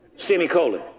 Semicolon